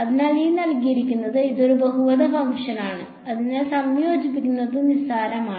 അതിനാൽ ഇത് ഒരു ബഹുപദ ഫംഗ്ഷനാണ് അതിനാൽ സംയോജിപ്പിക്കുന്നത് നിസ്സാരമാണ്